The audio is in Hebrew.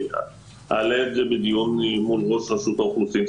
אני אעלה את זה בדיון מול ראש רשות האוכלוסין.